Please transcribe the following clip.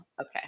Okay